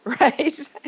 right